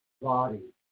body